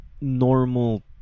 normal